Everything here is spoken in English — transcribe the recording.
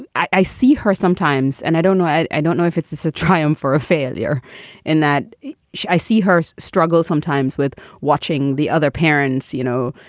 and i see her sometimes and i don't know. i i don't know if it's it's a triumph for a failure in that i see her struggles sometimes with watching the other parents you know,